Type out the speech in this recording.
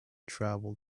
travel